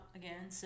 again